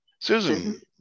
Susan